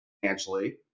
financially